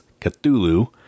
Cthulhu